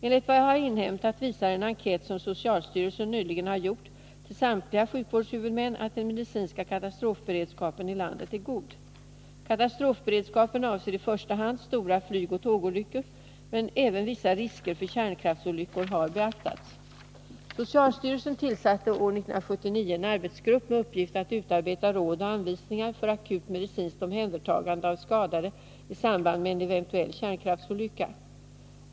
Enligt vad jag har inhämtat visar en enkät som socialstyrelsen nyligen har gjort till samtliga sjukvårdshuvudmän att den medicinska katastrofberedskapen i landet är god. Katastrofberedskapen avser i första hand stora flygoch tågolyckor, men även vissa risker för kärnkraftsolyckor har beaktats. Socialstyrelsen tillsatte år 1979 en arbetsgrupp med uppgift att utarbeta råd och anvisningar för akut medicinskt omhändertagande av skadade i samband med en eventuell kärnkraftsolycka.